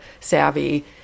savvy